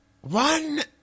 One